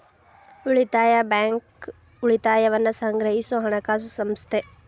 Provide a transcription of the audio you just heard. ಉಳಿತಾಯ ಬ್ಯಾಂಕ್, ಉಳಿತಾಯವನ್ನ ಸಂಗ್ರಹಿಸೊ ಹಣಕಾಸು ಸಂಸ್ಥೆ